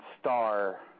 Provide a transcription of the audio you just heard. star